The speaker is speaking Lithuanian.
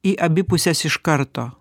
į abi puses iš karto